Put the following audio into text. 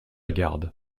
garde